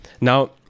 now